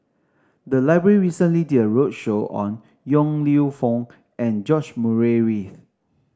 the library recently did a roadshow on Yong Lew Foong and George Murray Reith